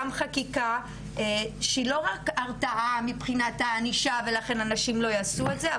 חקיקה שהיא לא רק הרתעה מבחינת הענישה ולכן אנשים לא יעשו את זה,